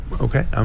Okay